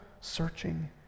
searching